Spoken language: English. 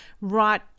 right